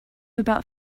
about